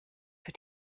für